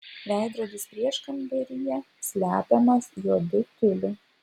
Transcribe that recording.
veidrodis prieškambaryje slepiamas juodu tiuliu